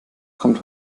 kommt